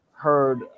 Heard